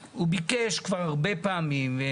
והוא ביקש כבר הרבה פעמים,